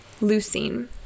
leucine